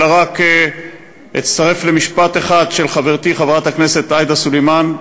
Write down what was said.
אלא רק אצטרף למשפט אחד של חברתי חברת הכנסת עאידה סלימאן,